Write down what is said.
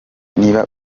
niba